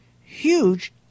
huge